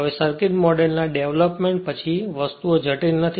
હવે સર્કિટમોડેલના ડેવલપમેંટ પછી વસ્તુઓ જટીલ નથી